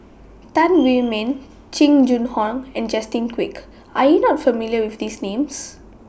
Tan Wu Meng Jing Jun Hong and Justin Quek Are YOU not familiar with These Names